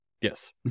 Yes